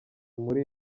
muri